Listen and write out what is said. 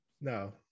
No